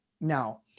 Now